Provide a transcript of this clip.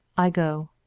i go.